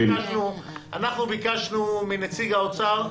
אנחנו ביקשנו מנציג האוצר,